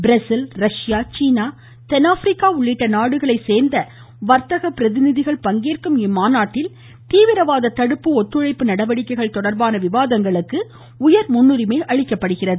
Brazil Russia சீனா தென்னாப்பிரிக்கா உள்ளிட்ட நாடுகளைச் சேர்ந்த வர்த்தக பிரதிநிதிகள் பங்கேற்கும் இம்மாநாட்டில் தீவிரவாத தடுப்பு ஒத்துழைப்பு நடவடிக்கைகள் தொடர்பான விவாதங்களுக்கு உயர் முன்னுரிமை அளிக்கப்படுகிறது